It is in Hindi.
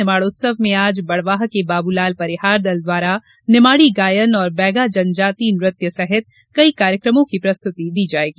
निमाड़ उत्सव में आज बड़वाह के बाबूलाल परिहार दल द्वारा निमाड़ी गायन और बैगा जनजातीय नृत्य सहित कई कार्यक्रम की प्रस्तुति की जायेगी